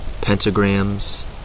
Pentagrams